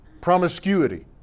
promiscuity